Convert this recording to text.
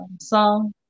song